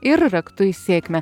ir raktu į sėkmę